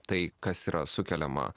tai kas yra sukeliama